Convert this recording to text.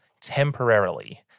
temporarily